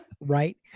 right